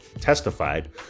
testified